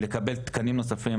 לקבל תקנים נוספים,